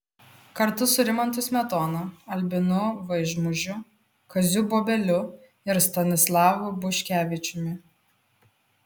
kartu su rimantu smetona albinu vaižmužiu kaziu bobeliu ir stanislovu buškevičiumi